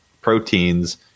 proteins